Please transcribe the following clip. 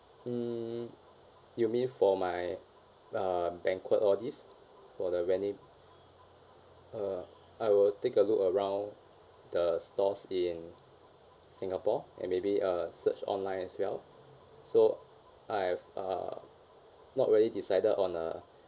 mm you mean for my uh banquet all these for the wedding uh I will take a look around the stores in singapore and maybe uh search online as well so I have err not really decided on a